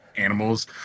animals